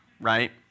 right